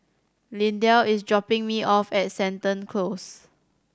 Lindell is dropping me off at Seton Close